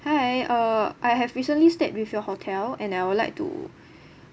hi uh I have recently stayed with your hotel and I would like to